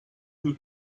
who